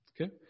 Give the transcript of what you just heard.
Okay